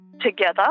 together –